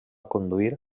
conduir